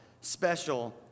special